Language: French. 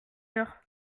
heure